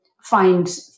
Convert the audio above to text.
find